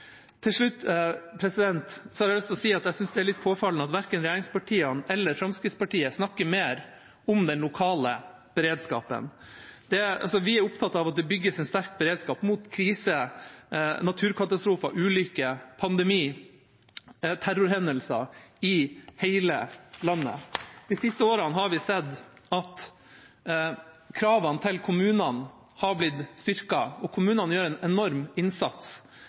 Til slutt har jeg lyst til å si at jeg synes det er litt påfallende at verken regjeringspartiene eller Fremskrittspartiet snakker mer om den lokale beredskapen. Vi er opptatt av at det bygges en sterk beredskap mot kriser, naturkatastrofer, ulykker, pandemier og terrorhendelser i hele landet. De siste årene har vi sett at kravene til kommunene er blitt styrket, og kommunene gjør en enorm innsats,